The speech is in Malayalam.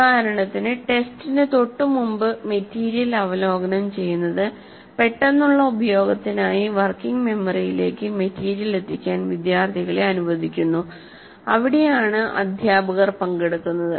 ഉദാഹരണത്തിന് ടെസ്റ്റിന് തൊട്ടുമുമ്പ് മെറ്റീരിയൽ അവലോകനം ചെയ്യുന്നത്പെട്ടെന്നുള്ള ഉപയോഗത്തിനായി വർക്കിംഗ് മെമ്മറിയിലേക്ക് മെറ്റീരിയൽ എത്തിക്കാൻ വിദ്യാർത്ഥികളെ അനുവദിക്കുന്നു അവിടെയാണ് അധ്യാപകർ പങ്കെടുക്കുന്നത്